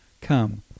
come